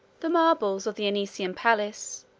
the marbles of the anician palace,